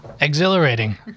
Exhilarating